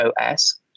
OS